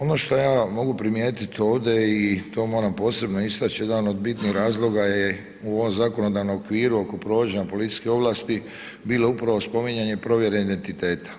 Ono što ja mogu primijetit ovdje i to moram posebno istać, jedan od bitnih razloga je u ovom zakonodavnom okviru oko provođenja policijske ovlasti bilo upravo spominjanje provjere identiteta.